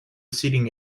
seating